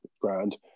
grand